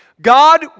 God